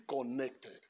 connected